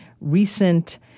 recent